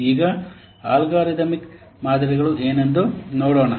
ಈಗ ಅಲ್ಗಾರಿದಮ್ ಮಾದರಿಗಳು ಏನೆಂದು ನೋಡೋಣ